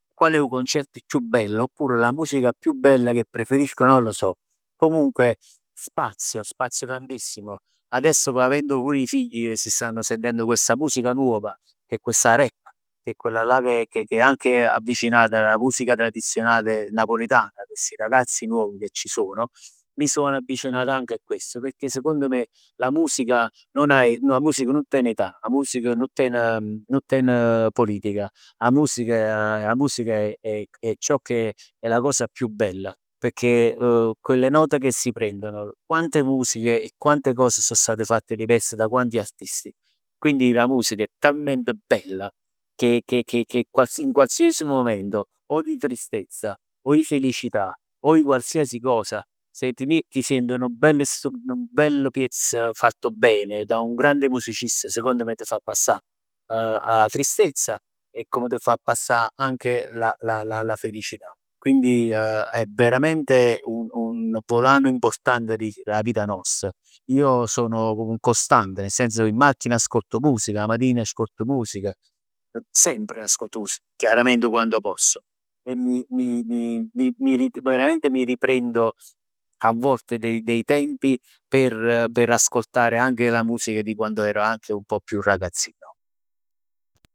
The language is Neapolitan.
Quale è 'o concerto chiù bello, oppure la musica chiù bella che preferisco non lo so, comunque spazio, spazio tantissimo. Adesso avendo pure i figli che si stanno sentendo questa musica nuova, che è questa rap, che è quella che che è anche avvicinata da musica tradizionale napoletana. Questi ragazzi con, che ci sono, mi sono avvicinato anche a questo pecchè secondo me la musica non ha, 'a musica nun ten età. 'A music nun ten, nun ten politica, 'a musica, 'a musica è è è ciò che, è la cosa più bella pecchè quelle note che si prendono, quante musiche e quante cose so state fatte diverse da quanti artisti? Quindi la musica è talmente bella che che che che in qualsiasi momento o di tristezza, o di felicità, o di qualsiasi cosa, se ti miett t' sient stu bell 'nu bello piezz fatto bene da un grande musicista, secondo me t' fa passà 'a tristezza e come t' fa passa anche la la la felicità. Quindi è veramente un volano importante dà vita nosta. Io sono un costante, nel senso che in macchina ascolto musica, 'a matin ascolto musica. Sempre ascolto musica. Chiaramente quando posso. E mi mi mi mi mi ri, veramente mi riprendo a volte dei tempi per per ascoltare anche la musica di quando ero anche un pò più ragazzino.